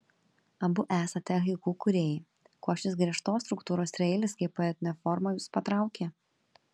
abu esate haiku kūrėjai kuo šis griežtos struktūros trieilis kaip poetinė forma jus patraukė